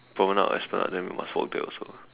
Promenade or esplanade then we must walk there also